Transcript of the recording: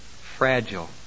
fragile